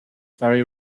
vary